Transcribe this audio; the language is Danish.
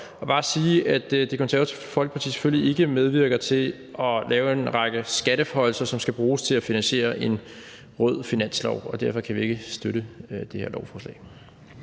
og bare sige, at Det Konservative Folkeparti selvfølgelig ikke medvirker til at lave en række skatteforhøjelser, som skal bruges til at finansiere en rød finanslov. Derfor kan vi ikke støtte det her lovforslag.